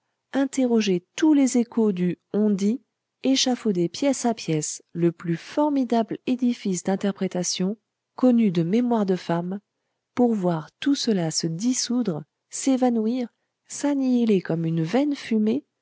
interrogé tous les échos du on dit échafaudé pièce à pièce le plus formidable édifice d'interprétations connu de mémoire de femme pour voir tout cela se dissoudre s'évanouir s'annihiler comme une vaine fumée